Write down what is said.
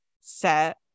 set